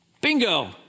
Bingo